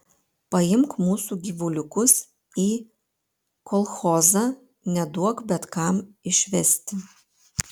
paimk mūsų gyvuliukus į kolchozą neduok bet kam išvesti